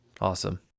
Awesome